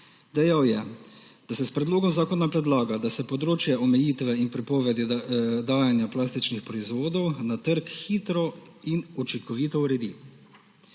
Dejal je, da se s predlogom zakona predlaga, da se področje omejitve in prepovedi dajanja plastičnih proizvodov na trg hitro in učinkovito uredi.